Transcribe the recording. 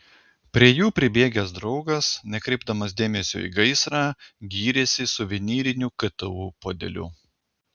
prie jų pribėgęs draugas nekreipdamas dėmesio į gaisrą gyrėsi suvenyriniu ktu puodeliu